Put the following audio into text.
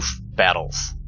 battles